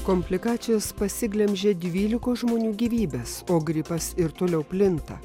komplikacijos pasiglemžė dvylikos žmonių gyvybes o gripas ir toliau plinta